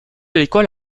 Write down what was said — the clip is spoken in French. l’école